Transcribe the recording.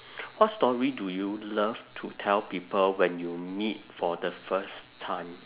what story do you love to tell people when you meet for the first time